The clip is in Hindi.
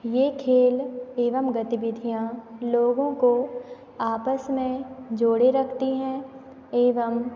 यह खेल एवं गतिविधियाँ लोगों को आपस में जोड़े रखती हैं एवं